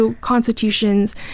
constitutions